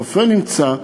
הרופא נמצא,